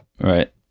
Right